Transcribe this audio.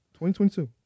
2022